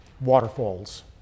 waterfalls